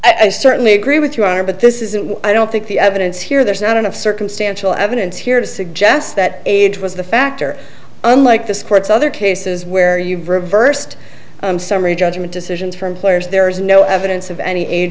and i certainly agree with you are but this isn't i don't think the evidence here there's not enough circumstantial evidence here to suggest that age was the factor unlike this court's other cases where you've reversed summary judgment decisions for employers there is no evidence of any age